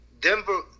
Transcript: Denver